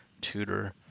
tutor